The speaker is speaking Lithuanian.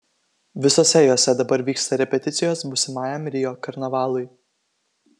visose jose dabar vyksta repeticijos būsimajam rio karnavalui